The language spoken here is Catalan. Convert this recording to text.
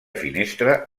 finestra